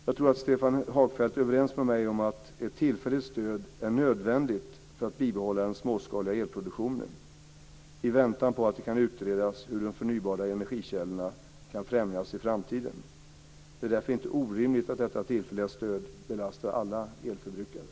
Jag tror att Stefan Hagfeldt är överens med mig om att ett tillfälligt stöd är nödvändigt för att bibehålla den småskaliga elproduktionen i väntan på att det kan utredas hur de förnybara energikällorna kan främjas i framtiden. Det är därför inte orimligt att detta tillfälliga stöd belastar alla elförbrukare.